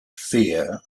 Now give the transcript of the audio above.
fear